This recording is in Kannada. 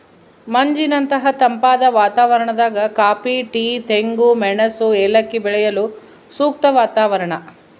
ಮಂಜಿನಂತಹ ತಂಪಾದ ವಾತಾವರಣದಾಗ ಕಾಫಿ ಟೀ ತೆಂಗು ಮೆಣಸು ಏಲಕ್ಕಿ ಬೆಳೆಯಲು ಸೂಕ್ತ ವಾತಾವರಣ